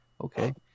Okay